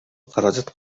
каражат